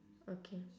okay